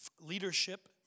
leadership